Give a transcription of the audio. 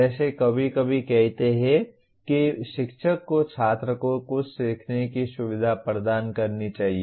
जैसे कभी कभी कहते हैं कि शिक्षक को छात्र को कुछ सीखने की सुविधा प्रदान करनी चाहिए